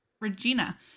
Regina